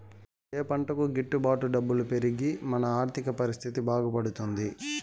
ఏ పంటకు గిట్టు బాటు డబ్బులు పెరిగి మన ఆర్థిక పరిస్థితి బాగుపడుతుంది?